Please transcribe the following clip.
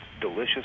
delicious